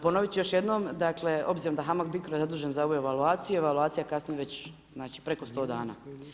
Ponovit ću još jednom, dakle obzirom da HAMAG BICRO je zadužen za ovu evaluaciju, evaluacija kasni već znači već preko 100 dana.